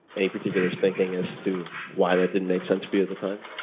any particular thinking as to why that didn't make sense for you at the time?